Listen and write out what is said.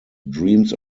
dreams